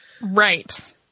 Right